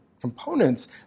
components